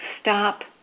stop